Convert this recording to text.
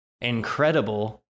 incredible